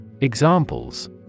Examples